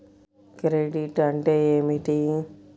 Credit అంటే ఏమిటి?